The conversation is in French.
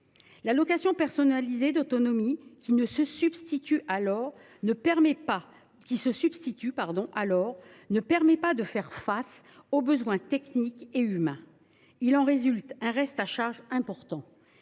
L’allocation personnalisée d’autonomie qui se substitue alors ne permet pas de faire face aux besoins techniques et humains. Il en résulte un reste à charge important